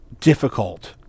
difficult